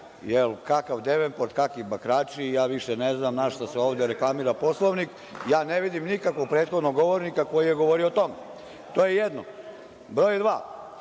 Jer, kakav Devenport, kakvi bakrači, ja više ne znam na šta se ovde reklamira Poslovnik. Ja ne vidim nikakvog prethodnog govornika koji je govorio o tome. To je jedno. Broj dva,